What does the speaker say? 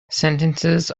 sentences